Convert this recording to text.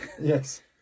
Yes